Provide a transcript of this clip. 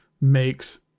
makes